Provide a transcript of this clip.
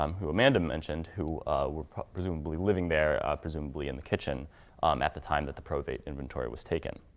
um who amanda mentioned, who were presumably living there, there, ah presumably in the kitchen um at the time that the probate inventory was taken.